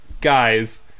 guys